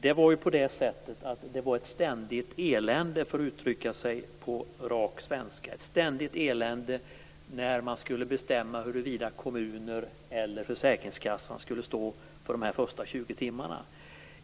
För att uttrycka sig på rak svenska var det ett ständigt elände när man skulle bestämma huruvida kommunerna eller försäkringskassan skulle stå för de första 20 timmarna.